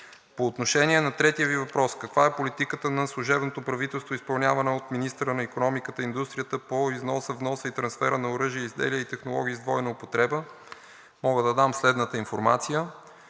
По отношение на третия Ви въпрос: каква е политиката на служебното правителство, изпълнявана от министъра на икономиката и индустрията по износа, вноса и трансфера на оръжие, изделия и технологии с двойно употреба, мога да дам следната информация: